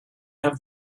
have